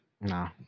no